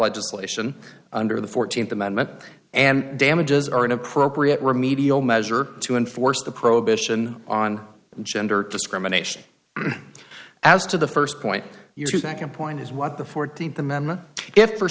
legislation under the fourteenth amendment and damages are an appropriate remedial measure to enforce the prohibition on gender discrimination as to the first point you think and point is what the fourteenth amendment if for